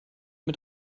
mit